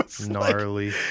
Gnarly